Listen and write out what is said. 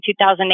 2008